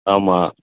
ஆமாம்